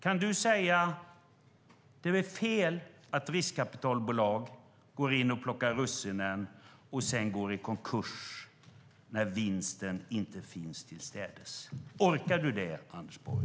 Kan du säga att det är fel att riskkapitalbolag plockar russinen ur kakan och sedan går i konkurs när vinsten inte finns till städes? Orkar du det, Anders Borg?